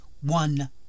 one